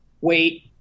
wait